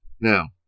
Now